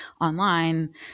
online